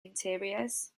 interiors